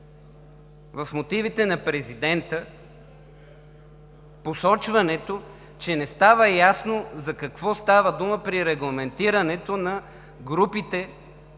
в мотивите на президента посочването, че не става ясно за какво става дума при регламентирането на групите,